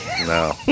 No